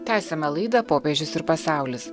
tęsiame laidą popiežius ir pasaulis